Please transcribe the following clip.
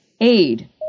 aid